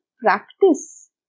practice